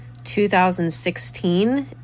2016